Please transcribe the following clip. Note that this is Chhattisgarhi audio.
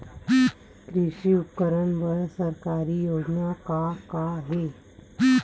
कृषि उपकरण बर सरकारी योजना का का हे?